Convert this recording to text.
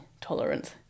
tolerance